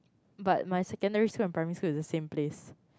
but my secondary school and primary school is the same place